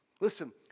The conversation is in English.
Listen